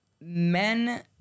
men